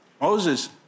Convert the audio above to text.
Moses